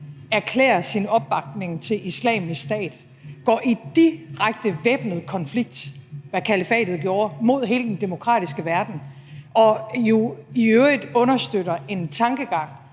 erklærer sin opbakning til Islamisk Stat, går i direkte væbnet konflikt, hvad kalifatet gjorde, mod hele den demokratiske verden, og jo i øvrigt understøtter en tankegang,